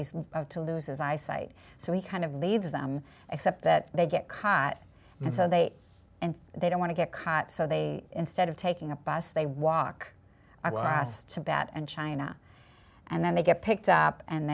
he's about to lose his eyesight so he kind of leads them except that they get caught and so they and they don't want to get caught so they instead of taking a bus they walk i was tibet and china and then they get picked up and